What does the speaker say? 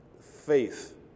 faith